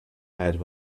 head